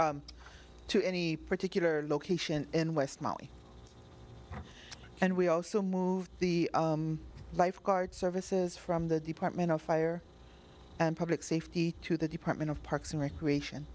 to any particular location in west maui and we also moved the lifeguard services from the department of fire and public safety to the department of parks and recreation